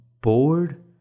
bored